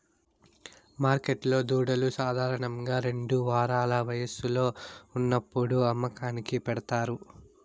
మార్కెట్లో దూడలు సాధారణంగా రెండు వారాల వయస్సులో ఉన్నప్పుడు అమ్మకానికి పెడతారు